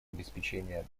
обеспечения